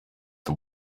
the